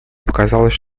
показалось